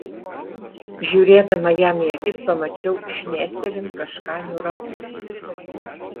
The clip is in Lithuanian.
žiūrėdama jam į akis pamačiau šmėstelint kažką niūraus